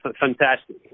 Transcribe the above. Fantastic